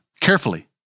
carefully